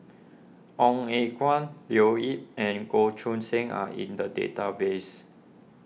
Ong Eng Guan Leo Yip and Goh Choo San are in the database